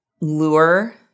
lure